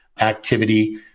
Activity